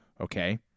Okay